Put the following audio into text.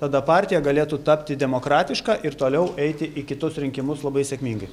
tada partija galėtų tapti demokratiška ir toliau eiti į kitus rinkimus labai sėkmingai